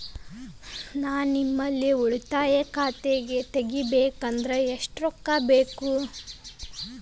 ನಾ ನಿಮ್ಮಲ್ಲಿ ಉಳಿತಾಯ ಖಾತೆ ತೆಗಿಬೇಕಂದ್ರ ಎಷ್ಟು ರೊಕ್ಕ ಬೇಕು?